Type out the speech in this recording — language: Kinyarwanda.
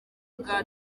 bwa